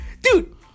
Dude